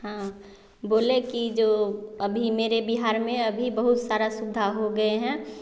हाँ बोले की जो अभी मेरे बिहार में अभी बहुत सारा सुविधा हो गए हैं